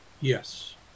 Yes